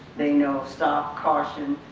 they know stop, caution.